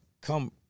come